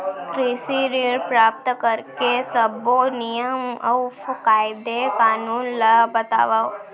कृषि ऋण प्राप्त करेके सब्बो नियम अऊ कायदे कानून ला बतावव?